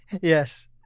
Yes